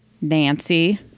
Nancy